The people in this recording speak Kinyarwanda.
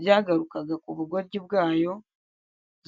byagarukaga ku bugoryi bwayo,